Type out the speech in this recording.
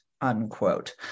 unquote